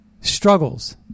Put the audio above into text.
struggles